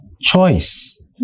choice